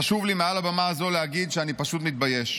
חשוב לי מעל הבמה הזו להגיד שאני פשוט מתבייש.